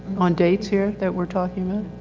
on dates here that we're talking of?